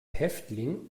häftling